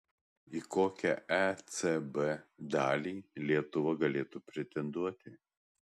į kokią ecb dalį lietuva galėtų pretenduoti